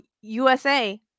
USA